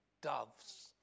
doves